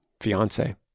fiance